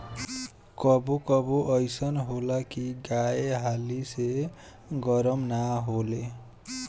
कबो कबो अइसन होला की गाय हाली से गरम ना होले